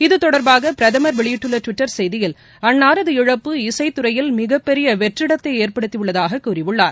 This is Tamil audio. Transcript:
இத்தொடர்பாக பிரதமர் வெளியிட்டுள்ள டுவிட்டர் செய்தியில் அன்னாரது இழப்பு இசைத்துறையில் மிகப்பெரிய வெற்றிடத்தை ஏற்படுத்தியுள்ளதாக கூறியுள்ளார்